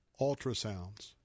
ultrasounds